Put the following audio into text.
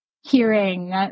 hearing